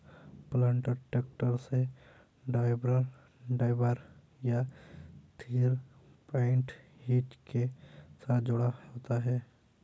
planter tractor से drawbar या three point hitch के साथ जुड़ा होता है